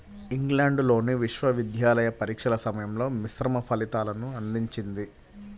ఇంగ్లాండ్లోని విశ్వవిద్యాలయ పరీక్షల సమయంలో మిశ్రమ ఫలితాలను అందించింది